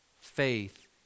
faith